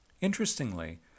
Interestingly